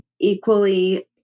equally